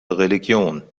religion